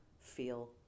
feel